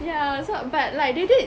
yeah so but like they did